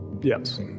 Yes